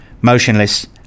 Motionless